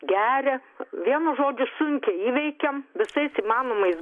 geria vienu žodžiu sunkiai įveikėm visais įmanomais